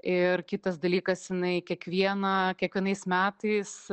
ir kitas dalykas jinai kiekvieną kiekvienais metais